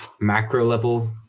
macro-level